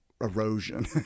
erosion